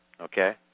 Okay